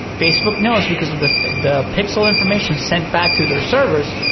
facebook knows because of the the pixel information sent back to their servers.